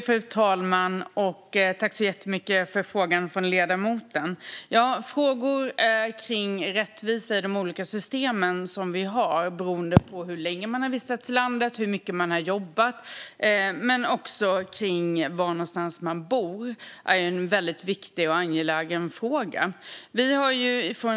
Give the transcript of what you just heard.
Fru talman! Jag tackar så jättemycket för frågan från ledamoten. Rättvisa i de olika system vi har, beroende på hur länge man har vistats i landet, hur mycket man har jobbat och var man bor, är en viktig och angelägen fråga.